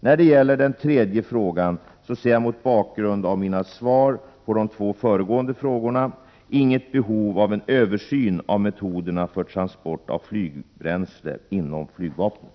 När det gäller den tredje frågan vill jag svara att jag, mot bakgrund av mina svar på de två föregående frågorna, inte ser något behov av en översyn av metoderna för transport av flygbränsle inom flygvapnet.